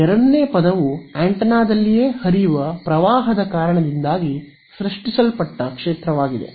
ಎರಡನೆಯ ಪದವು ಆಂಟೆನಾದಲ್ಲಿಯೇ ಹರಿಯುವ ಪ್ರವಾಹದ ಕಾರಣದಿಂದಾಗಿ ಸ್ರಷ್ಟಿಸಲ್ಪಟ್ಟ ಕ್ಷೇತ್ರವಾಗಿದೆ